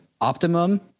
optimum